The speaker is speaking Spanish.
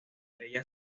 ella